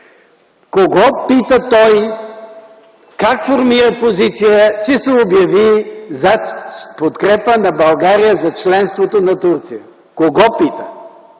кого пита той, как формира позиция, че се обяви в подкрепа на България за членството на Турция? Кого пита?!